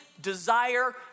desire